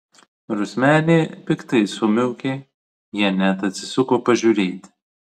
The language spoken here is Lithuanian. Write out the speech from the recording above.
rusmenė piktai sumiaukė jie net atsisuko pažiūrėti